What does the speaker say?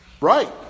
right